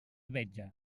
vetlla